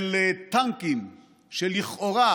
של טנקים שלכאורה,